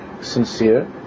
sincere